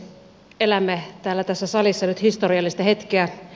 elämme tässä salissa nyt historiallista hetkeä